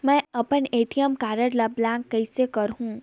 मै अपन ATM card ल ब्लाक कइसे करहूं?